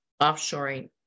offshoring